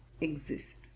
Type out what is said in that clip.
exist